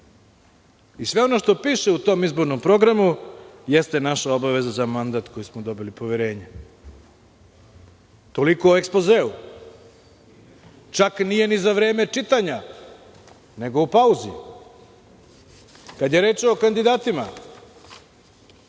Sve ono što piše u tom izbornom programu jeste naša obaveza za mandat koji smo dobili poverenje. Toliko o ekspozeu. Čak nije ni za vreme čitanja, nego u pauzi. Kada je reč o kandidatima,